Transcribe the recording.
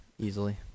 Easily